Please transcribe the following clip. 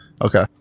Okay